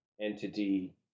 entity